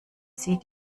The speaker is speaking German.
sie